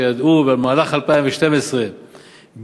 שידעו במהלך 2012 בדיוק,